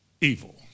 evil